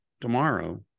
tomorrow